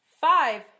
five